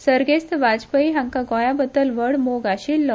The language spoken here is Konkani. सर्गेस्त वाजपेयी हांका गोयाबद्दल व्हड मोग आशिल्लो